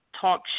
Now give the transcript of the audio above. talk